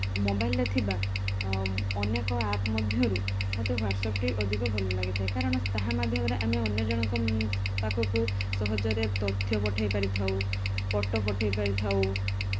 ମୋବାଇଲରେ ଥିବା ଅନେକ ଆପ୍ ମଧ୍ୟରୁ ମୋତେ ହ୍ଵାଟ୍ସଆପ୍ଟି ଅଧିକ ଭଲ ଲାଗିଥାଏ କାରଣ ତାହା ମାଧ୍ୟମରେ ଅନ୍ୟଜଣଙ୍କ ପାଖକୁ ସହଜରେ ତଥ୍ୟ ପଠାଇ ପାରିଥାଉ ଫଟୋ ପଠାଇ ପାରିଥାଉ